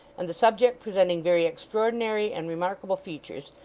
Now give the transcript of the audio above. and the subject presenting very extraordinary and remarkable features,